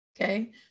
Okay